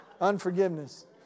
unforgiveness